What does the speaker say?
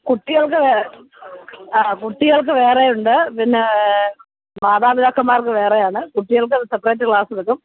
കുട്ടികൾക്ക് വേ ആ കുട്ടികള്ക്ക് വേറെയുണ്ട് പിന്നേ മാതാപിതാക്കമ്മാര്ക്ക് വേറെയാണ് കുട്ടികള്ക്ക് സെപ്പറേറ്റ് ക്ലാസെടുക്കും